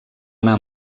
anar